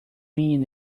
mean